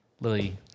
Lily